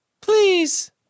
Please